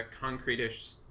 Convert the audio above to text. concrete-ish